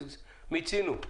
מיצינו.